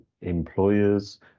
employers